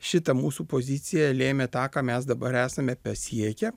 šita mūsų pozicija lėmė tą ką mes dabar esame pasiekę